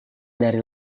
dari